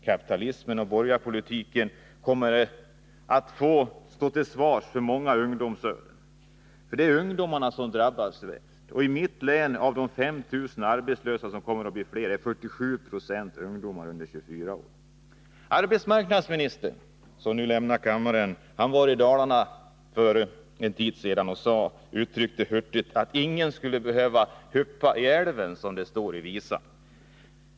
Kapitalismen och borgarpolitiken kommer att få stå till svars för många ungdomsöden, för det är ungdomen som drabbas värst. I mitt län är av de där 5 000 arbetslösa — de kommer att bli fler — 47 96o ungdomar under 24 år. Arbetsmarknadsministern, som nu lämnar kammaren, var i Dalarna för en tid sedan och uttryckte hurtigt att ingen skulle behöva ”huppa i älva”, som det står i visan.